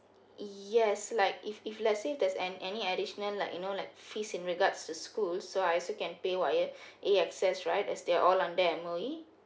yes like if if let's say there's an any additional like you know like fees in regards to school so I also can pay via A_X_S right as they're all under M_O_E